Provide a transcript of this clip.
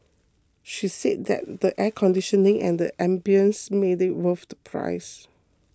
she said that the air conditioning and the ambience made it worth the price